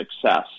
success